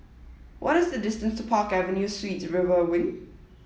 what is the distance to Park Avenue Suites River Wing